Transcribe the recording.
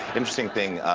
interesting thing,